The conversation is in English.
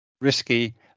risky